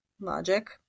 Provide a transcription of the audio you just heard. logic